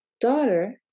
Daughter